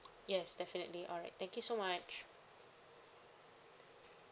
yes definitely alright thank you so much